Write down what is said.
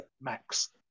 max